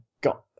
got